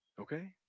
okay